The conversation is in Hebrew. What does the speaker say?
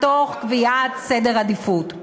תוך קביעת סדר עדיפות.